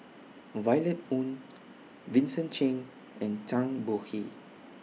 Violet Oon Vincent Cheng and Zhang Bohe